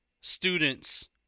students